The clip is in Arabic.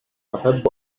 أحب